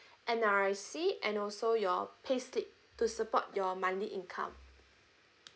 N_R_I_C and also your pay slip to support your monthly income